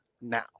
now